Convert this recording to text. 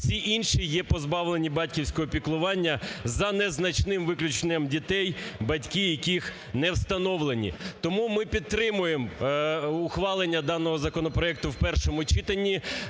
всі інші є позбавлені батьківського піклування за незначним виключенням дітей, батьки яких не встановлені. Тому ми підтримуємо ухвалення даного законопроекту в першому читанні.